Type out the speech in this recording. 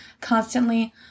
constantly